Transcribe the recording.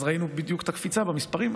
ואז ראינו בדיוק את הקפיצה במספרים.